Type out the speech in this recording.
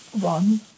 one